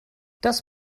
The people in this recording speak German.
das